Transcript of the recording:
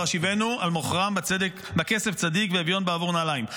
אשיבנו על מכרם בכסף צדיק ואביון בעבור נעלים",